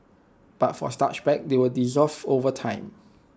but for starch bags they will dissolve over time